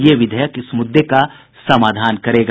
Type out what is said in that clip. ये विधेयक इस मुद्दे का समाधान करेगा